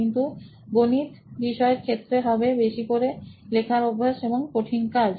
কিন্তু গণিত বিষয়ের ক্ষেত্রে হবে বেশি করে লেখার অভ্যাস এবং কঠিন কাজ